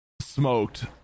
smoked